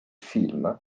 film